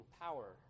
power